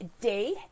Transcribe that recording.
day